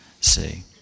see